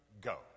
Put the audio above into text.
Go